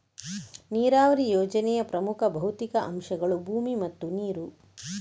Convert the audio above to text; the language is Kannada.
ನೀರಾವರಿ ಯೋಜನೆಯ ಪ್ರಮುಖ ಭೌತಿಕ ಅಂಶಗಳು ಭೂಮಿ ಮತ್ತು ನೀರು